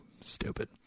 Stupid